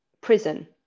prison